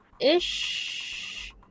ish